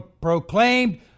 proclaimed